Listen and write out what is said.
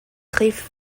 griffes